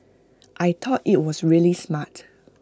I taught IT was really smart